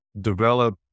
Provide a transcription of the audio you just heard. develop